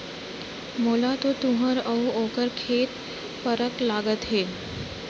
मोला तो तुंहर अउ ओकर खेत फरक लागत हे